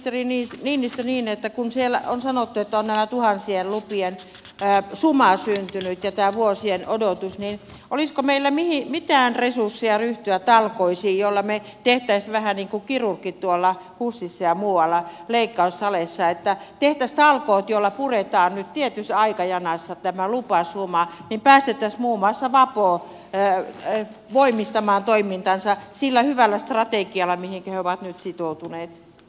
minä ajattelen nyt ministeri niinistö niin että kun siellä on sanottu että on tuhansien lupien suma syntynyt ja vuosien odotus niin olisiko meillä mitään resurssia ryhtyä talkoisiin joilla me tekisimme vähän niin kuin kirurgit tuolla husissa ja muualla leikkaussaleissa että tehtäisiin talkoot joilla puretaan nyt tietyssä aikajanassa tämä lupasuma niin päästettäisiin muun muassa vapo voimistamaan toimintaansa sillä hyvällä strategialla mihinkä he ovat nyt sitoutuneet